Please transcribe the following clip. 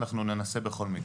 אנחנו ננסה בכל מקרה.